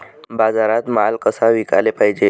बाजारात माल कसा विकाले पायजे?